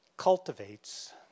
cultivates